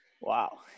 Wow